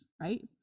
right